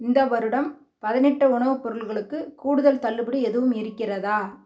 இந்த வருடம் பதினெட்டு உணவு பொருள்களுக்கு கூடுதல் தள்ளுபடி எதுவும் இருக்கிறதா